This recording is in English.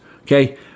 Okay